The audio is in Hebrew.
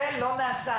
זה לא נעשה,